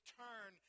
turn